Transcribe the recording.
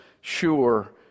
sure